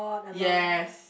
yes